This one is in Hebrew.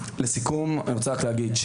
לסיכום אני רוצה רק להגיד,